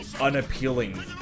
unappealing